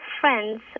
friends